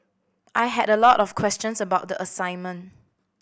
I had a lot of questions about the assignment